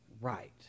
right